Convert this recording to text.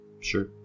Sure